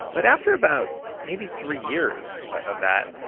but after about maybe three years of that,